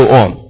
on